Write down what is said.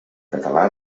català